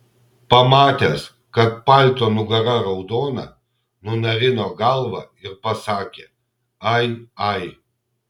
pamatęs kad palto nugara raudona nunarino galvą ir pasakė ai ai